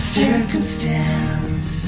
circumstance